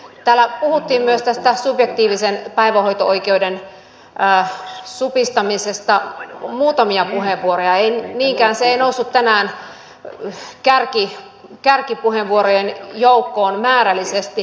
täällä puhuttiin myös tästä subjektiivisen päivähoito oikeuden supistamisesta muutamia puheenvuoroja se ei niinkään noussut tänään kärkipuheenvuorojen joukkoon määrällisesti